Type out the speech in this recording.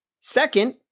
Second